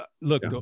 look